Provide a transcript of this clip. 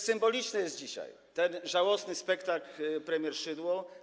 Symboliczny jest dzisiaj ten żałosny spektakl premier Szydło.